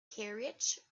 carriage